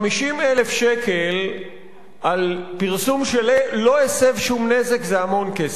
50,000 שקל על פרסום שלא הסב שום נזק זה המון כסף,